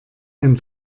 ein